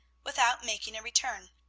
without making a return.